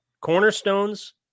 cornerstones